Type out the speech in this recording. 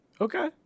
Okay